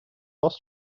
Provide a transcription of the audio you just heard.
last